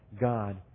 God